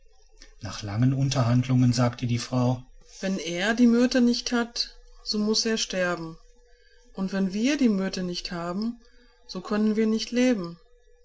nach langen unterhandlungen sagte die frau wenn er die myrte nicht hat so muß er sterben und wenn wir die myrte nicht haben so können wir nicht leben